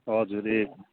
हजुर ए